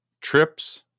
trips